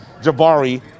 Jabari